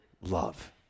love